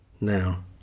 Now